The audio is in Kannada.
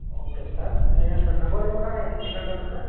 ಓಕೆ ಸರ್ ಏನು ಸರ್ ಡಬಲ್ ಡೋರ ಏನು ಸಿಂಗಲ್ ಡೋರ ಸರ್